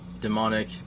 demonic